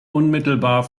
unmittelbar